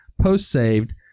post-saved